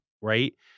right